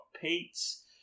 Pete's